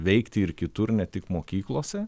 veikti ir kitur ne tik mokyklose